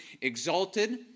exalted